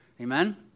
Amen